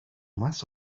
más